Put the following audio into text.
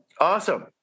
Awesome